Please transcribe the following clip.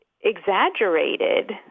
exaggerated